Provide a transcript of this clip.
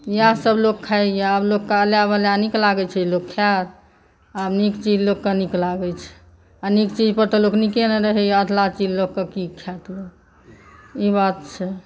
इएह सभ लोक खाइया आब लोकल वाला नीक लागै छै लोक खायत आब नीक चीज लोककेँ नीक लागै छै आ नीक चीज पर तऽ लोक नीके नहि रहैया आ अधलाह चीज लोककेँ की खायत ई बात छै